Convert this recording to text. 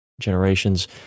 Generations